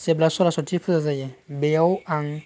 जेब्ला सरासति फुजा जायो बेयाव आं